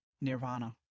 Nirvana